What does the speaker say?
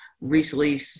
recently